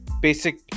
Basic